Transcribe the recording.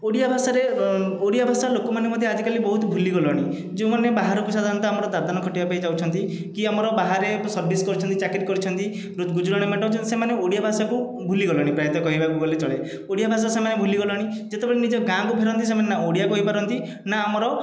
ଓଡ଼ିଆ ଭାଷାରେ ଓଡ଼ିଆ ଭାଷା ଲୋକମାନେ ମଧ୍ୟ ଆଜିକାଲି ବହୁତ ଭୁଲିଗଲେଣି ଯେଉଁମାନେ ବାହାରକୁ ସାଧାରଣତଃ ଦାଦନ ଖଟିବା ପାଇଁ ଯାଉଛନ୍ତି କି ଆମର ବାହାରେ ସର୍ଭିସ୍ କରିଛନ୍ତି ଚାକିରୀ କରିଛନ୍ତି ଗୁଜୁରାଣ ମେଣ୍ଟାଉଛନ୍ତି ସେମାନେ ଓଡ଼ିଆ ଭାଷାକୁ ଭୁଲି ଗଲେଣି ପ୍ରାୟତଃ କହିବାକୁ ଗଲେ ଚଳେ ଓଡ଼ିଆ ଭାଷା ସେମାନେ ଭୁଲି ଗଲେଣି ଯେତବେଳେ ନିଜ ଗାଁକୁ ଫେରନ୍ତି ସେମାନେ ନା ଓଡ଼ିଆ କହିପାରନ୍ତି ନା ଆମର